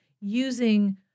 using